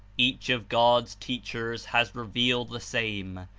each of god's teachers has revealed the same,